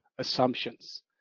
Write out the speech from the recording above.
assumptions